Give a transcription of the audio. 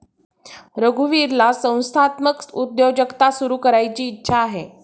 रघुवीरला संस्थात्मक उद्योजकता सुरू करायची इच्छा आहे